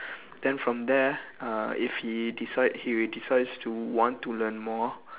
then from there uh if he decide he decides to want to learn more